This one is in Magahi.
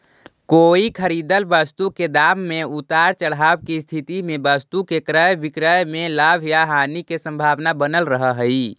कोई खरीदल वस्तु के दाम में उतार चढ़ाव के स्थिति में वस्तु के क्रय विक्रय में लाभ या हानि के संभावना बनल रहऽ हई